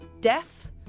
death